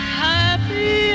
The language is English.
happy